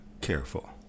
careful